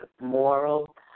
moral